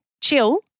chill